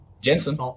Jensen